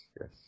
yes